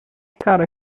cara